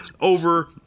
over